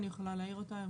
אני יכולה להעיר אותה.